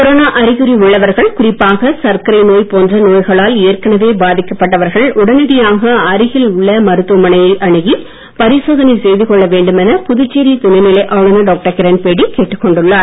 corona அறிகுறி உள்ளவர்கள் குறிப்பாக சர்க்கரை நோய் போன்ற நோய்களால் ஏற்கனவே பாதிக்கப்பட்டவர்கள் உடனடியாக அருகில் உள்ள மருத்துவமனையை அணுகி பரிசோதனை செய்து கொள்ள வேண்டும் என புதுச்சேரி துணைநிலை ஆளுநர் டாக்டர் கிரண்பேடி கேட்டுக் கொண்டுள்ளார்